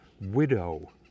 widow